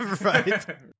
Right